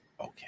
Okay